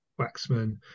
Waxman